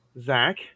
zach